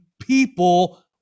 people